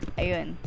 ayun